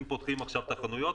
אם פותחים עכשיו חנויות,